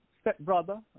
stepbrother